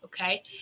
Okay